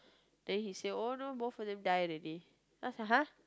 then he say oh no both of them die already then I was like !huh!